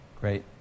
Great